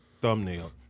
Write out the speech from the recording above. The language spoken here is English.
thumbnail